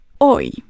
Hoy